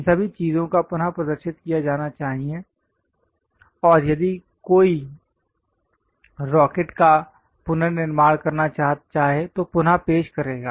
इन सभी चीजों का पुनः प्रदर्शित किया जाना चाहिए और यदि कोई रॉकेट का पुनर्निर्माण करना चाहे तो पुन पेश करेगा